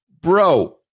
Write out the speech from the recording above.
bro